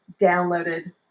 downloaded